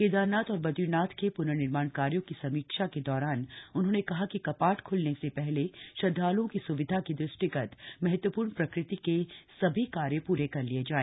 केदारनाथ और बदरीनाथ के प्नर्निर्माण कार्यों की समीक्षा के दौरान उन्होंने कहा कि कपाट खुलने से पहले श्रद्धालुओं की सुविधा के दृष्टिगत महत्वपूर्ण प्रकृति के सभी कार्य पूरे कर लिये जाए